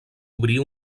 obrir